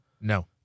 No